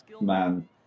man